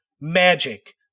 magic